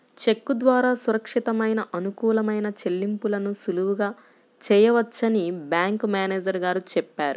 చెక్కు ద్వారా సురక్షితమైన, అనుకూలమైన చెల్లింపులను సులువుగా చేయవచ్చని బ్యాంకు మేనేజరు గారు చెప్పారు